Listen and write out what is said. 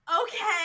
okay